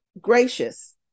gracious